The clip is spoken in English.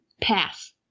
pass